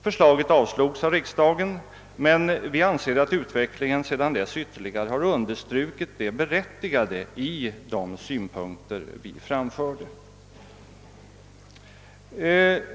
Förslaget avslogs av riksdagen, men vi anser att utvecklingen sedan dess bekräftat det berättigade i de synpunkter vi framförde.